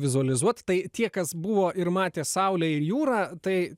vizualizuot tai tie kas buvo ir matė saulę ir jūrą tai